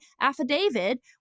affidavit